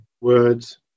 words